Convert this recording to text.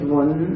one